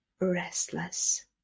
restless